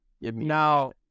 Now